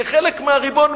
כחלק מהריבון,